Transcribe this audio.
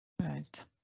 Right